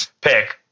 pick